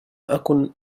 أكن